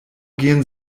gehen